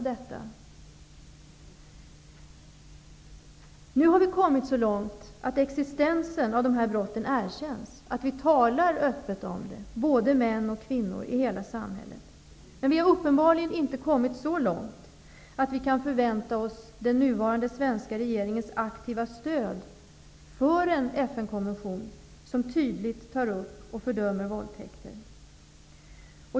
Vi har nu kommit så långt att existensen av dessa brott erkänns. Både män och kvinnor i hela samhället talar öppet om dem. Men vi har uppenbarligen inte kommit så långt att vi kan förvänta oss den nuvarande svenska regeringens aktiva stöd för en FN-konvention som tydligt tar upp och fördömer våldtäkter.